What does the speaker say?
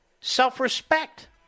self-respect